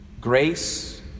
grace